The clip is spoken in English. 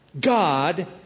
God